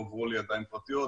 הועברו לידיים פרטיות,